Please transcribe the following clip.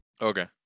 Okay